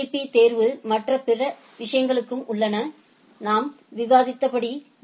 பீ தேர்வு போன்ற பிற விஷயங்களும் உள்ளன நாம் விவாதித்தபடி பி